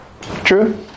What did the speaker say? True